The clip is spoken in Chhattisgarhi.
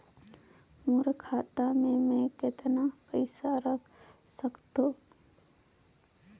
मोर खाता मे मै कतना पइसा रख सख्तो?